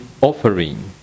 offering